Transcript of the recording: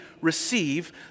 receive